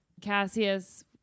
Cassius